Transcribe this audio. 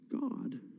God